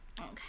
Okay